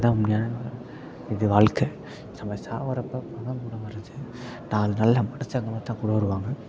அதுதான் உண்மையான இது வாழ்க்க நம்ம சாகிறப்ப பணம் கூட வராது நாலு நல்ல மனுஷங்க மட்டும் தான் கூட வருவாங்க